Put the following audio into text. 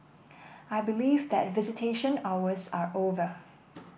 I believe that visitation hours are over